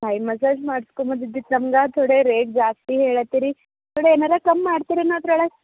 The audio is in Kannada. ಥಾಯ್ ಮಸಾಜ್ ಮಾಡ್ಸ್ಕೋಮ್ ಬಂದಿದ್ದಕ್ಕೆ ನಮ್ಗೆ ಥೋಡಾ ರೇಟ್ ಜಾಸ್ತಿ ಹೇಳ್ಹತ್ತೀರಿ ನೋಡಿ ಏನಾರ ಕಮ್ಮಿ ಮಾಡ್ತೀರೇನು ಅದ್ರೊಳಗೆ